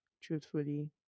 truthfully